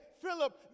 Philip